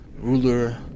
ruler